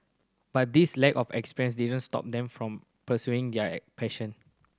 but this lack of experience didn't stop them from pursuing their passion